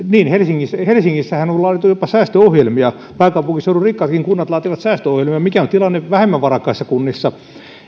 niin helsingissähän on laadittu jopa säästöohjelmia pääkaupunkiseudun rikkaatkin kunnat laativat säästöohjelmia mikä on tilanne vähemmän varakkaissa kunnissa